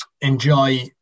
Enjoy